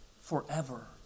forever